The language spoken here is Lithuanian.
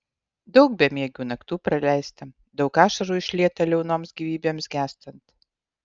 daug bemiegių naktų praleista daug ašarų išlieta liaunoms gyvybėms gęstant